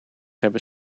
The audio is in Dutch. hebben